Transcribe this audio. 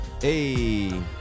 Hey